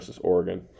Oregon